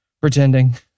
pretending